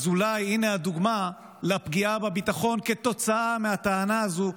אולי הינה הדוגמה לפגיעה בביטחון כתוצאה מהטענה הזאת,